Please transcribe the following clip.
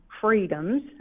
freedoms